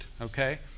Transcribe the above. okay